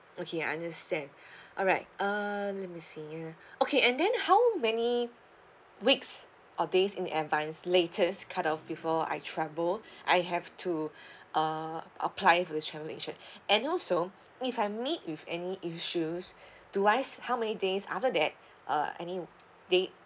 okay understand alright uh let me see ah okay and then how many weeks or days in advance latest cut off before I travel I have to uh apply with travel insurance and also if I meet with any issues do I how many days other that uh any date